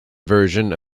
version